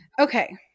Okay